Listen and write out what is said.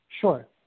Sure